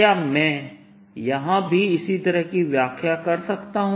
क्या मैं यहां इसी तरह की व्याख्या कर सकता हूं